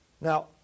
Now